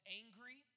angry